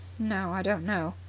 no, i don't know,